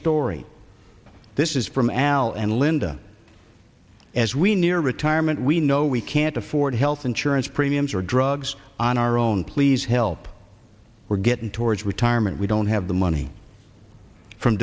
story this is from al and linda as we near retirement we know we can't afford health insurance premiums or drugs on our own please help we're getting towards retirement we don't have the money from